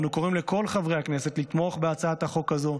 אנו קוראים לכל חברי הכנסת לתמוך בהצעת החוק הזו,